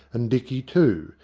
and dicky, too,